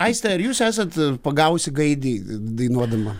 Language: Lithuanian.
aiste ar jūs esat pagavusi gaidį dainuodama